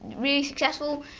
really successful,